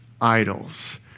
idols